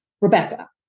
Rebecca